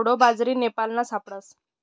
कोडो बाजरी नेपालमा सापडस